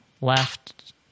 left